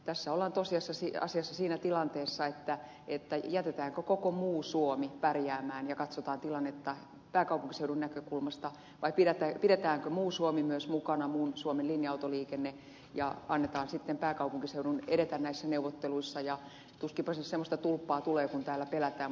tässä ollaan tosiasiassa siinä tilanteessa jätetäänkö koko muu suomi pärjäämään ja katsotaan tilannetta pääkaupunkiseudun näkökulmasta vai pidetäänkö muu suomi myös mukana muun suomen linja autoliikenne ja annetaan sitten pääkaupunkiseudun edetä näissä neuvotteluissa ja tuskinpa tästä semmoista tulppaa tulee kuin täällä pelätään